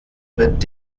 mit